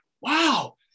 wow